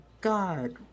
God